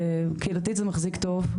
קהילתית זה מחזיק טוב,